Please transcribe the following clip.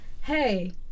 hey